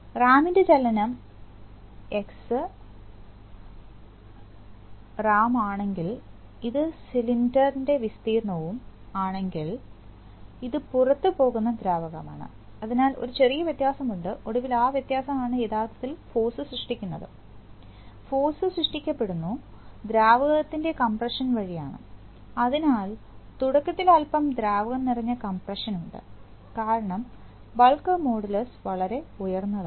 റാംഇൻറെ ചലനം X ram ആണെങ്കിൽ ഇത് സിലിണ്ടറിന്റെ വിസ്തീർണവും ആണെങ്കിൽ ഇത് പുറത്തുപോകുന്ന ദ്രാവകമാണ് അതിനാൽ ഒരു ചെറിയ വ്യത്യാസമുണ്ട് ഒടുവിൽ ആ വ്യത്യാസം ആണ് യഥാർത്ഥത്തിൽ ഫോഴ്സ് സൃഷ്ടിക്കുന്നത് ഫോഴ്സ് സൃഷ്ടിക്കപ്പെടുന്നു ദ്രാവകത്തിന്റെ കംപ്രഷൻ വഴി ആണ് അതിനാൽ തുടക്കത്തിൽ അല്പം ദ്രാവകം നിറഞ്ഞ കംപ്രഷൻ ഉണ്ട് കാരണം ബൾക്ക് മോഡുലസ് വളരെ ഉയർന്നതാണ്